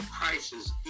crisis